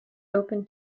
open